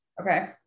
Okay